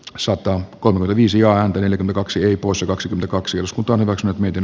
osoite on viisi ja yli kaksi poissa kaksi kaksi osku toimivat nyt miten